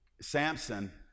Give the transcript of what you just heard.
Samson